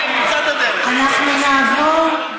אנחנו נעבור,